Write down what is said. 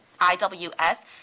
IWS